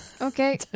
Okay